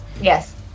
Yes